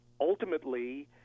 Ultimately